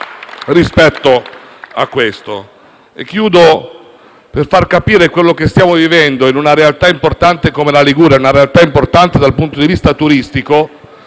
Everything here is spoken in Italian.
scelte rispetto a questo.